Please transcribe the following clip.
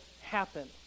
happen